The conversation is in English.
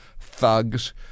thugs